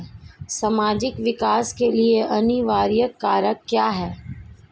सामाजिक विकास के लिए अनिवार्य कारक क्या है?